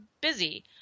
busy